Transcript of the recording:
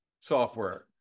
software